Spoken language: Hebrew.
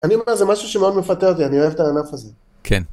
אני אומר, זה משהו שמאוד מפתה אותי, אני אוהב את הענף הזה. כן.